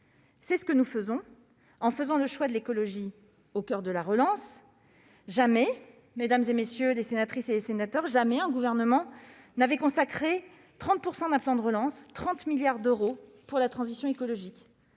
C'est ce que nous faisons, en faisant le choix de l'écologie au coeur de la relance. Mesdames les sénatrices, messieurs les sénateurs, jamais un Gouvernement n'avait consacré 30 % d'un plan de relance ni 30 milliards d'euros à la transition écologique.